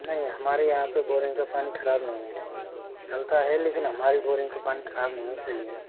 नहीं हमारे यहाँ पे बोरिंग का पानी खराब नहीं है कल का है लेकिन हमारे बोरिंग का पानी खराब नहीं है सही है